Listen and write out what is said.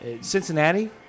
Cincinnati